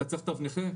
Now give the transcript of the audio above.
אתה צריך תו נכה?